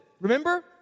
Remember